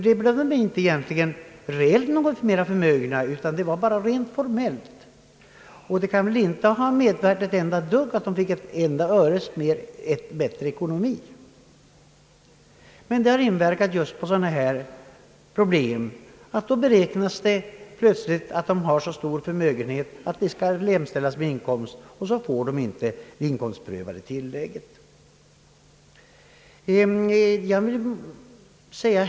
De blir ju inte reellt mera förmögna, utan det är rent formellt; man kan inte uppmäta ett enda öres förbättrad ekonomi. Men denna upptaxering inverkar just på sådana problem som detta. Det räknas plötsligt att de har så stor förmögenhet, som skall jämställas med inkomst, och så får man inte det inkomstprövade tillägget.